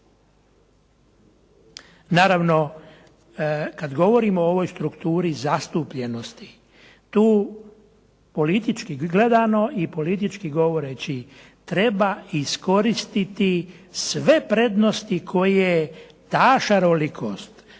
Naravno, kada govorimo o ovoj strukturi zastupljenosti, tu politički gledano i politički govoreći treba iskoristiti sve prednosti koje ta šarolikost